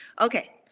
okay